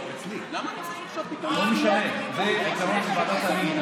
זה היתרון של ועדת שרים.